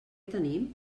tenim